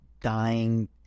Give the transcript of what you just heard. dying